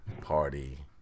party